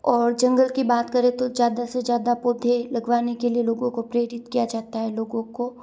और जंगल की बात करें तो ज़्यादा से ज़्यादा पौधे लगवाने के लिए लोगों को प्रेरित किया जाता है लोगों को